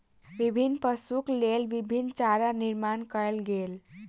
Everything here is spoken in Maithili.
विभिन्न पशुक लेल विभिन्न चारा निर्माण कयल गेल